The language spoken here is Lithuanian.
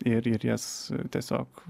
ir ir jas tiesiog